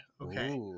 Okay